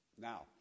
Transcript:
Now